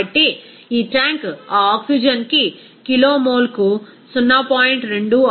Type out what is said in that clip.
కాబట్టి ఈ ట్యాంక్ ఆ ఆక్సిజన్కి కిలోమోల్కు 0